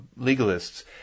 Legalists